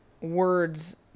words